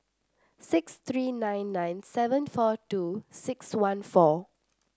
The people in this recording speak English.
six three nine nine seven four two six one four